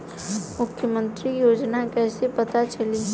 मुख्यमंत्री योजना कइसे पता चली?